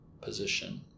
position